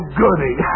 goody